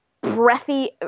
breathy